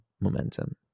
momentum